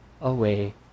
away